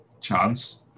chance